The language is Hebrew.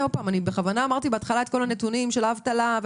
בכוונה אמרתי בהתחלה את כל הנתונים של האבטלה,